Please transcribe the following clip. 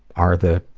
are the